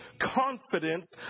confidence